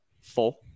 four